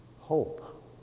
Hope